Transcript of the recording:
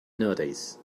nowadays